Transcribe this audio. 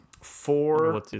four